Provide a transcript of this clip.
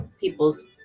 people's